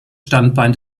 standbein